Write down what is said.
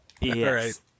Yes